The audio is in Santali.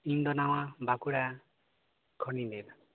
ᱤᱧ ᱱᱟᱣᱟ ᱵᱟᱸᱠᱩᱲᱟ ᱠᱷᱚᱱᱤᱧ ᱞᱟᱹᱭᱮᱫᱟ